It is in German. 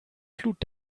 flut